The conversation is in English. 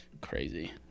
crazy